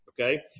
Okay